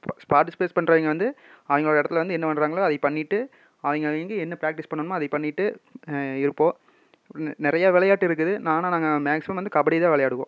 spa ஸ்பாட்டிஸ்பேட் பண்றவங்க வந்து அவங்களோட இடத்துல வந்து என்ன பண்ணுறாங்களோ அதை பண்ணிட்டு அவங்க அவங்க என்ன பிராக்டிஸ் பண்ணணுமோ அதை பண்ணிட்டு இருப்போம் இன்னும் நிறையா விளையாட்டு இருக்குது ஆனால் நாங்கள் மேக்சிமம் வந்து கபடி தான் விளையாடுவோம்